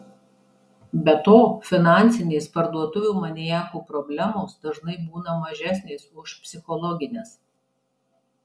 be to finansinės parduotuvių maniakų problemos dažnai būna mažesnės už psichologines